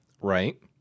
Right